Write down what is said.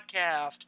podcast